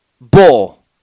bull